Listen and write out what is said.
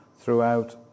throughout